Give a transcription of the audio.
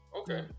Okay